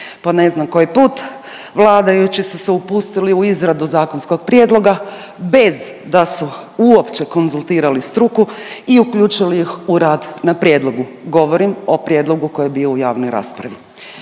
Po ne znam koji put vladajući su se upustili u izradu zakonskog prijedloga bez da su uopće konzultirali struku i uključili ih u rad na prijedlogu. Govorim o prijedlogu koji je bio u javnoj raspravi.